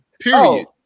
Period